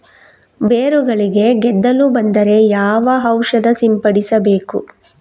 ಬೇರುಗಳಿಗೆ ಗೆದ್ದಲು ಬಂದರೆ ಯಾವ ಔಷಧ ಸಿಂಪಡಿಸಬೇಕು?